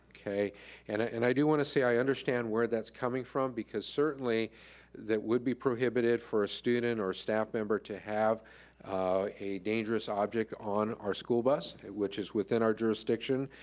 and ah and i do wanna say i understand where that's coming from because certainly that would be prohibited for a student or staff member to have a dangerous object on our school bus, which is within our jurisdiction.